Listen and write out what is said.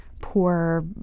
poor